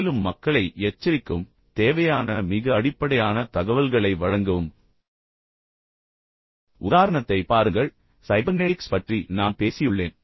மேலும் மக்களை எச்சரிக்கவும் தேவையான மிக அடிப்படையான தகவல்களை வழங்கவும் உதாரணத்தைப் பாருங்கள் சைபர்நெடிக்ஸ் பற்றி நான் பேசியுள்ளேன்